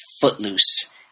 Footloose